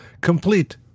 complete